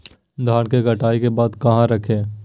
धान के कटाई के बाद कहा रखें?